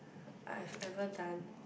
I've ever done